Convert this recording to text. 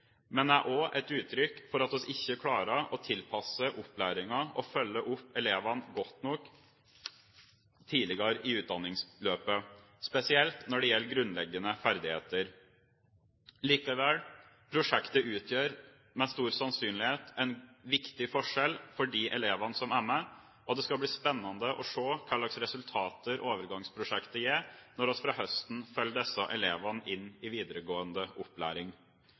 er riktig og viktig, men er også et uttrykk for at vi ikke klarer å tilpasse opplæringen og følge opp elevene godt nok tidligere i utdanningsløpet, spesielt når det gjelder grunnleggende ferdigheter. Likevel: Prosjektet utgjør med stor sannsynlighet en viktig forskjell for de elevene som er med, og det skal bli spennende å se hva slags resultater overgangsprosjektet gir, når vi fra høsten følger disse elevene inn i videregående opplæring.